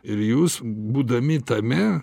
ir jūs būdami tame